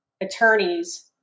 attorneys